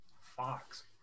Fox